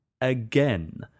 again